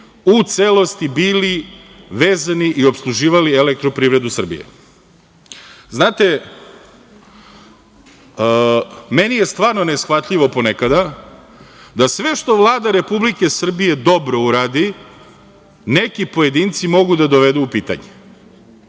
u celosti bili vezani i opsluživali EPS.Znate, meni je stvarno neshvatljivo ponekada da sve što Vlada Republike Srbije dobro uradi neki pojedinci mogu da dovedu u pitanje,